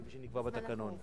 כפי שנקבע בתקנון,